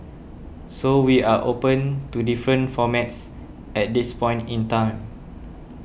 so we are open to different formats at this point in time